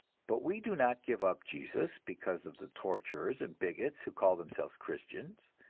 but we do not give up jesus because of the torturers and bigots who call themselves christians,